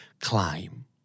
Climb